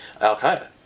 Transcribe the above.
al-Qaeda